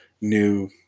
new